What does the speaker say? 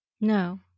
No